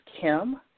Kim